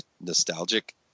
nostalgic